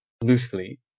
loosely